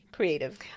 creative